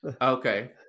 Okay